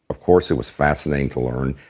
of course it was fascinating to learn,